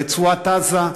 ברצועת-עזה,